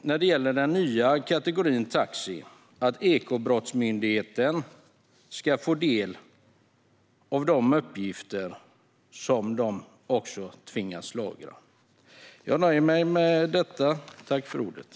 När det gäller den nya kategorin taxi vill vi också att man ska få ta del av Ekobrottsmyndigheten uppgifter som den tvingas lagra.